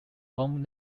own